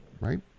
right